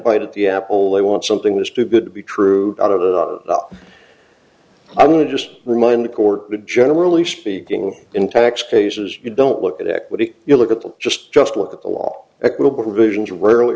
bite at the apple they want something that's too good to be true out of the i'm going to just remind the court that generally speaking in tax cases you don't look at equity you look at them just just look at the law equitable revisions rarely